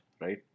right